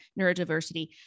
neurodiversity